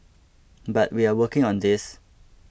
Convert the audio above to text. but we are working on this